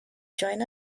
join